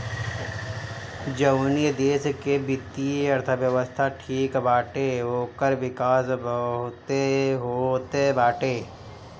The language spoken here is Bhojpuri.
जवनी देस के वित्तीय अर्थव्यवस्था ठीक बाटे ओकर विकास बहुते होत बाटे